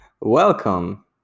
welcome